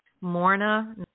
Morna